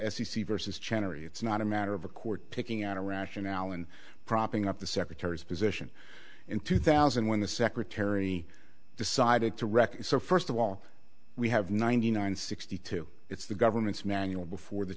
cherry it's not a matter of a court picking out a rationale and propping up the secretary's position in two thousand when the secretary decided to record it so first of all we have ninety nine sixty two it's the government's manual before the